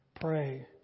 pray